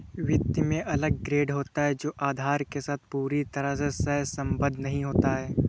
वित्त में अलग ग्रेड होता है जो आधार के साथ पूरी तरह से सहसंबद्ध नहीं होता है